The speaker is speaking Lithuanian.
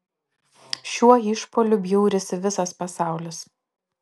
šiuo išpuoliu bjaurisi visas pasaulis